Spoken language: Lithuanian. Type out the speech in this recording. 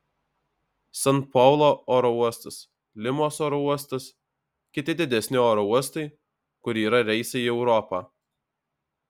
san paulo oro uostas limos oro uostas kiti didesni oro uostai kur yra reisai į europą